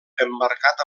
emmarcat